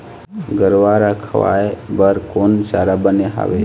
गरवा रा खवाए बर कोन चारा बने हावे?